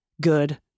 good